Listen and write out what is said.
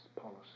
policy